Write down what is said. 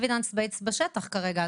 Evidence based בשטח כרגע.